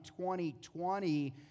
2020